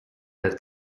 dal